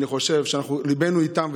ליבנו איתם.